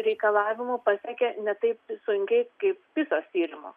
reikalavimų pasiekia ne taip sunkiai kaip pisos tyrimo